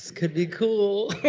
could be cool.